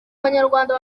abanyarwanda